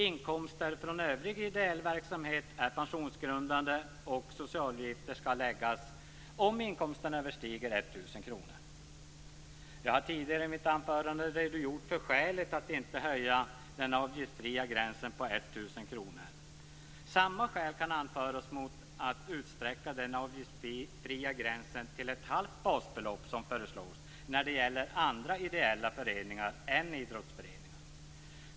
Inkomster från övrig ideell verksamhet är pensionsgrundande, och socialavgifter skall erläggas om inkomsten överstiger Jag har tidigare i mitt anförande redogjort för skälet till att inte höja den avgiftsfria gränsen på 1 000 kr. Samma skäl kan anföras mot att som föreslås utsträcka den avgiftsfria gränsen till ett halvt basbelopp när det gäller andra ideella föreningar än idrottsföreningar.